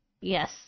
Yes